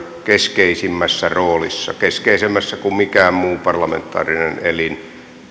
keskeisimmässä roolissa keskeisemmässä kuin mikään muu parlamentaarinen elin